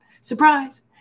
Surprise